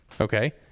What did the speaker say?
Okay